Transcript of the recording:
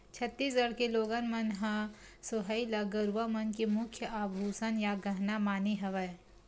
छत्तीसगढ़ के लोगन मन ह सोहई ल गरूवा मन के मुख्य आभूसन या गहना माने हवय